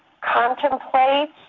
contemplate